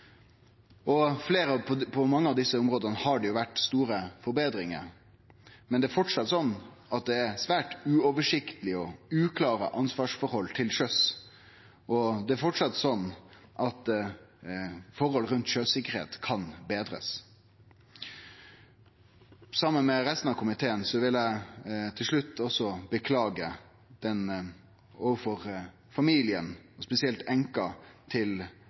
På mange av desse områda har det vore store forbetringar, men det er framleis slik at det er svært uoversiktlege og uklare ansvarsforhold til sjøs, og det er framleis slik at forhold rundt sjøsikkerheit kan betrast. Saman med resten av komiteen vil eg til slutt beklage overfor familien, spesielt overfor enka